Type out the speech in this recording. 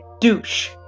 douche